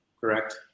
correct